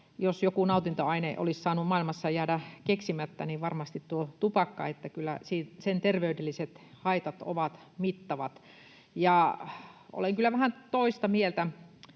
jos joku nautintoaine olisi saanut maailmassa jäädä keksimättä, niin varmasti tuo tupakka. Kyllä sen terveydelliset haitat ovat mittavat. Ja olen kyllä vähän toista mieltä